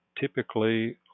typically